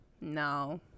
No